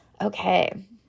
Okay